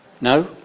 No